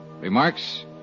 Remarks